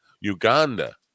Uganda